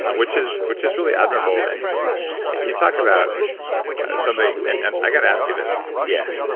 which is which is really admirable. and you talk about something and and i got to ask you this. yeah.